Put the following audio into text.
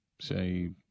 say